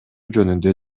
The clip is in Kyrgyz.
жөнүндө